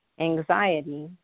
anxiety